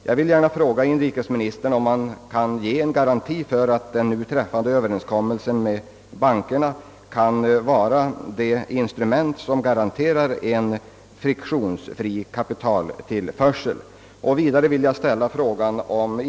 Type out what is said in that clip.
Jag vill gärna fråga inrikesministern, om han kan ge en garanti för att den träffade överenskommelsen med bankerna blir det instrument som åstadkommer en friktionsfri kapitaltillförsel.